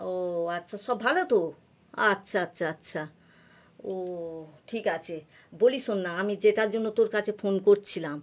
ও আচ্ছা সব ভালো তো আচ্ছা আচ্ছা আচ্ছা ও ঠিক আছে বলি শোন না আমি যেটার জন্য তোর কাছে ফোন করছিলাম